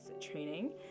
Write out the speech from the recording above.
training